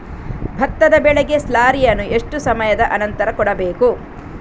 ಭತ್ತದ ಬೆಳೆಗೆ ಸ್ಲಾರಿಯನು ಎಷ್ಟು ಸಮಯದ ಆನಂತರ ಕೊಡಬೇಕು?